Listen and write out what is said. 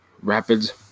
Rapids